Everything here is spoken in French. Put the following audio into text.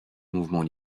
mouvement